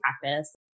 practice